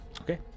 Okay